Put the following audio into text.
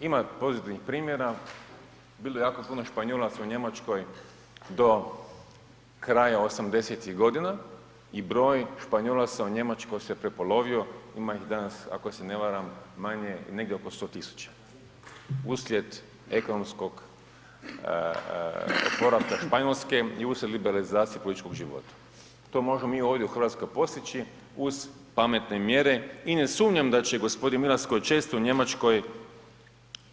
Ima pozitivnih primjera, bilo je jako puno Španjolaca u Njemačkoj do kraja '80.-tih godina i broj Španjolaca u Njemačkoj se prepolovio, ima ih danas ako se ne varam manje, negdje oko 100 000, uslijed ekonomskog oporavka Španjolske i uslijed liberalizacije političkog života, to možemo mi ovdje u RH postići uz pametne mjere i ne sumnjam da će g. Milas koji je često u Njemačkoj,